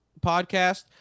podcast